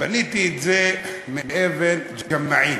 בניתי אותו מאבן ג'מעין.